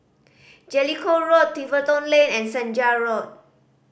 Jellicoe Road Tiverton Lane and Senja Road